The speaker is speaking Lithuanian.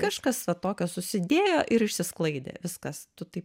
kažkas va tokio susidėjo ir išsisklaidė viskas tu taip